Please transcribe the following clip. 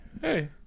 Hey